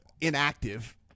inactive